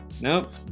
Nope